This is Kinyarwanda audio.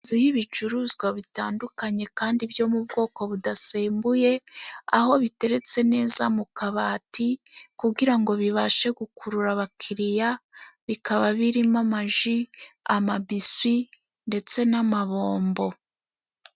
Inzu y'ibicuruzwa bitandukanye kandi byo mu bwoko budasembuye, aho biteretse neza mu kabati kugira ngo bibashe gukurura abakiriya, bikaba birimo amaji, amabisi ndetse n'amabombo.